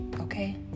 Okay